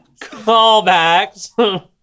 callbacks